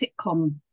sitcom